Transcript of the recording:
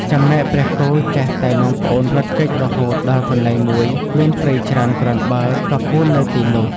ចំណែកព្រះគោចេះតែនាំប្អូនរត់គេចរហូតដល់កន្លែងមួយមានព្រៃច្រើនគ្រាន់បើក៏ពួននៅទីនោះ។